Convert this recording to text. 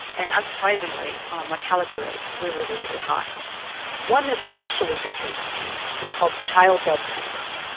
and unsurprisingly, um mortality rates were really, really high one especially deadly disease was called childbed fever.